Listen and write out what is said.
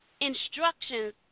instructions